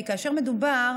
כי כאשר מדובר